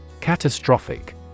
Catastrophic